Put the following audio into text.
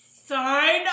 sign